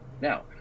Now